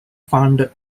founded